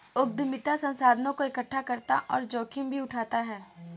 उद्यमिता संसाधनों को एकठ्ठा करता और जोखिम भी उठाता है